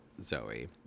Zoe